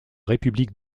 république